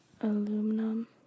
aluminum